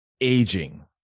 Aging